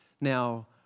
now